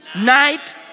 night